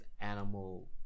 animal